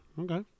okay